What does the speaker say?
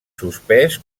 suspès